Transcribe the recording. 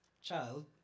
child